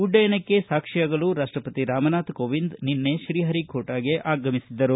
ಉಡ್ಡಯನಕ್ಕೆ ಸಾಕ್ಷಿಯಾಗಲು ರಾಷ್ಟಪತಿ ರಾಮನಾಥ ಕೋವಿಂದ್ ನಿನ್ನೆ ಶ್ರೀಹರಿಕೋಟಾಗೆ ಬಂದಿದ್ದರು